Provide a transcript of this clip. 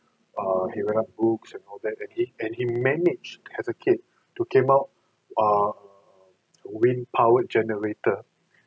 err he read books and all that and he and he managed as a kid to came out err wind powered generator